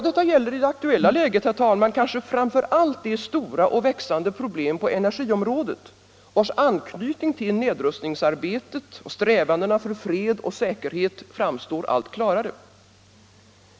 Detta gäller i det aktuella läget, herr talman, kanske framför allt det stora och växande problem på energiområdet vars anknytning till nedrustningsarbetet och strävandena för fred och säkerhet framstår allt klarare.